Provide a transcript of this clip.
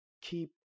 keep